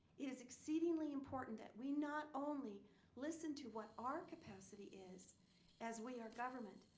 it is exceedingly important that we not only listen to what our capacity is as we are government,